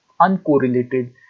uncorrelated